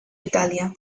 italia